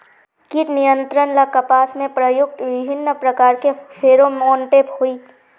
कीट नियंत्रण ला कपास में प्रयुक्त विभिन्न प्रकार के फेरोमोनटैप होई?